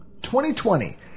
2020